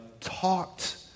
talked